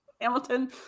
Hamilton